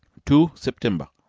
two september.